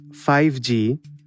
5G